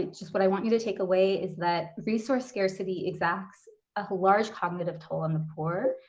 just what i want you to take away is that resource scarcity exacts a whole large cognitive toll on the poor.